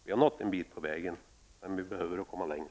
Vi har nått en bit på väg, men vi behöver nå längre.